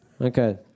Okay